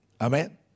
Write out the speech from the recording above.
Amen